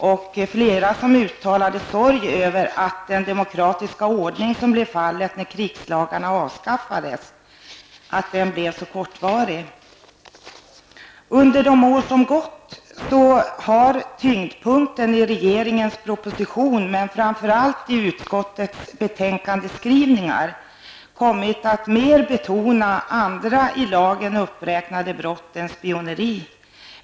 Ja, flera uttalade sorg över att den demokratiska ordning som infördes när krigslagarna avskaffades blev så kortvarig. Under de år som gått har tyngdpunkten i regeringens propositioner men framför allt i utskottets skrivningar kommit att mer ligga på de andra i lagen uppräknade brotten än spioneri.